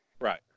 Right